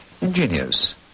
Ingenious